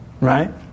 right